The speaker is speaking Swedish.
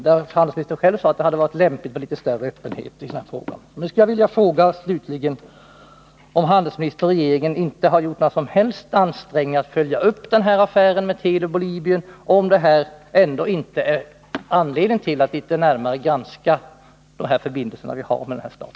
Då sade handelsministern att det hade varit lämpligt med litet större öppenhet i frågan. Nu skulle jag slutligen vilja fråga om regeringen inte har gjort några som helst ansträngningar att följa upp den här affären med Telub AB och Libyen och se om det ändå inte finns anledning att litet närmare granska förbindelserna med denna stat.